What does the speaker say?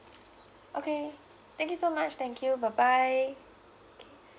okay thank you so much thank you bye bye